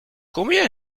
combien